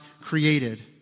created